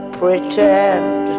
pretend